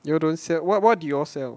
you don't say what what do y'all sell